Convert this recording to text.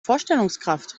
vorstellungskraft